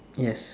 yes